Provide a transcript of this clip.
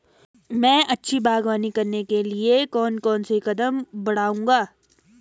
मैं अच्छी बागवानी करने के लिए कौन कौन से कदम बढ़ाऊंगा?